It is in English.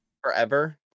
forever